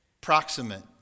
proximate